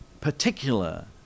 particular